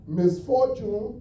misfortune